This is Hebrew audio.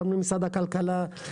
פעם למשרד הכלכלה,